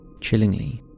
Chillingly